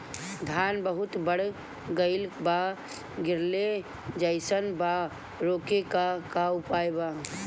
धान बहुत बढ़ गईल बा गिरले जईसन बा रोके क का उपाय बा?